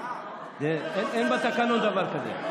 אין בתקנון דבר כזה.